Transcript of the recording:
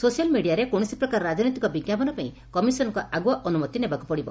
social ମିଡ଼ିଆରେ କୌଣସି ପ୍ରକାର ରାଜନୈତିକ ବିଙ୍କାପନ ପାଇଁ କମିଶନଙ୍କ ଆଗୁଆ ଅନୁମତି ନେବାକୁ ପଡ଼ିବ